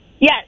Yes